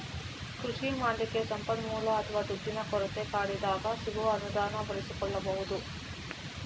ಕೃಷಿ ಮಾಡ್ಲಿಕ್ಕೆ ಸಂಪನ್ಮೂಲ ಅಥವಾ ದುಡ್ಡಿನ ಕೊರತೆ ಕಾಡಿದಾಗ ಸಿಗುವ ಅನುದಾನ ಬಳಸಿಕೊಳ್ಬಹುದು